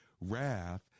wrath